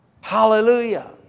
Hallelujah